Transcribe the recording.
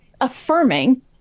affirming